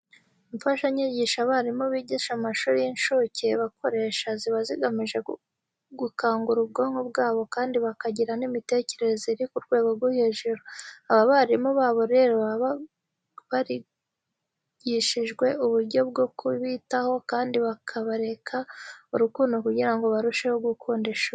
Imfashanyigisho abarimu bigisha mu mashuri y'inshuke bakoresha ziba zigamije gukangura ubwonko bwabo kandi bakagira n'imitekerereze iri ku rwego rwo hejuru. Aba barimu babo rero baba barigishijwe uburyo bwo kubitaho kandi bakabereka urukundo kugira ngo barusheho gukunda ishuri.